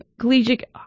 Collegiate